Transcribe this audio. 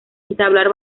entablar